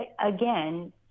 again